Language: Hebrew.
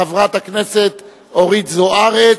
לחברת הכנסת אורית זוארץ,